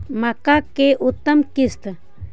मक्का के उतम किस्म?